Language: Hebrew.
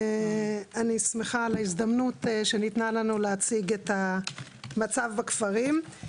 אני שמחה על ההזדמנות שניתנה לנו להציג את המצב בכפרים.